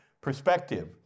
perspective